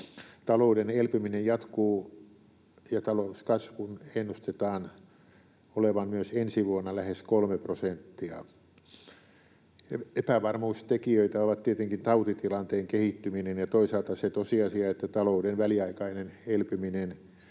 Talouden elpyminen jatkuu, ja talouskasvun ennustetaan olevan myös ensi vuonna lähes kolme prosenttia. Epävarmuustekijöitä ovat tietenkin tautitilanteen kehittyminen ja toisaalta se tosiasia, että talouden väliaikainen elpyminen